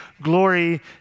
glory